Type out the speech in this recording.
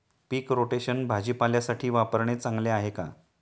पीक rotation भाजीपाल्यासाठी वापरणे चांगले आहे का?